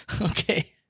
Okay